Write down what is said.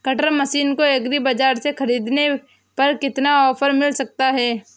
Cutter machine को agri बाजार से ख़रीदने पर कितना ऑफर मिल सकता है?